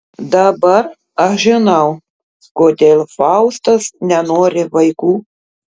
dabar aš žinau kodėl faustas nenori vaikų